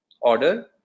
order